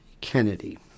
Kennedy